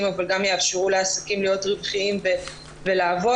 אבל גם יאפשרו לעסקים להיות רווחיים ולעבוד.